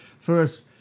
first